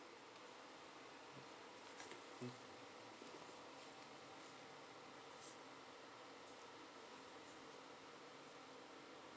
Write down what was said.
mm mm